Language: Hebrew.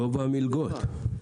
גובה המלגות.